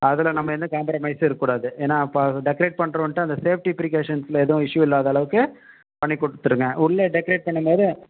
அதில நம்ப எந்த காம்ப்ரமைஸும் இருக்கக்கூடாது ஏன்னா இப்போ அதை டெக்கரேட் பண்றவன்கிட்ட அந்த சேஃப்டி ப்ரிக்காஷன்ஸ்ல எதுவும் இஸ்யூ இல்லாதளவுக்கு பண்ணி கொடுத்துருங்க உள்ள டெக்கரேட் பண்ணும்போதும்